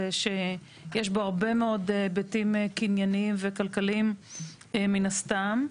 שיש בו הרבה מאוד היבטים קנייניים וכלכליים מן הסתם.